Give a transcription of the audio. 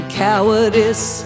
cowardice